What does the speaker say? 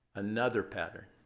another pattern